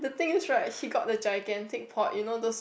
the thing is right he got the gigantic take pot you know those